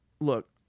look